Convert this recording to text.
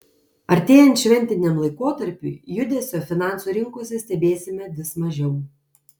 artėjant šventiniam laikotarpiui judesio finansų rinkose stebėsime vis mažiau